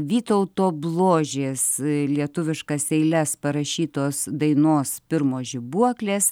vytauto bložės lietuviškas eiles parašytos dainos pirmos žibuoklės